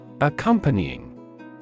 Accompanying